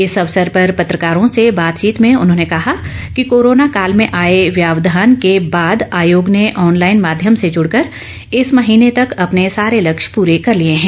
इस अवसर पर पत्रकारों से बातचीत में उन्होंने कहा कि कोरोना काल में आए व्यावधान के बाद आयोग ने ऑनलाइन माध्यम से जुड़कर इस महीने तक अपने सारे लक्ष्य पूरे कर लिए हैं